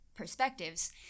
perspectives